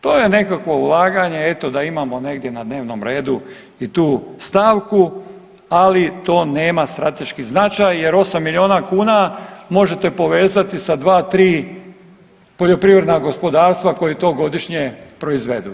To je nekakvo ulaganje eto da imamo negdje na dnevnom redu i tu stavku, ali to nema strateški značaj, jer 8 milijuna kuna možete povezati sa dva, tri poljoprivredna gospodarstva koji to godišnje proizvedu.